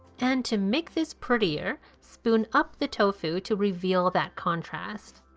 and to make this prettier, spoon up the tofu to reveal that contrast.